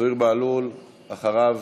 זוהיר בהלול, ואחריו,